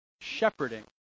shepherding